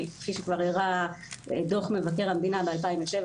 כפי שכבר הראה דוח מבקר המדינה ב-2007,